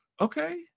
Okay